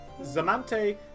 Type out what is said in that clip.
zamante